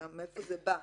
מאיפה זה בא?